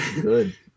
good